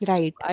Right